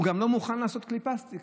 הוא גם לא מוכן לעשות כלי פלסטיק.